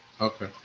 okay